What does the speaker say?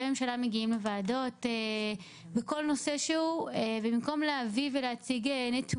הממשלה מגיעים לוועדות בכל נושא שהוא ובמקום להביא נתונים,